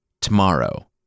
Tomorrow